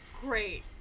Great